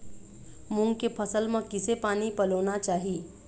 मूंग के फसल म किसे पानी पलोना चाही?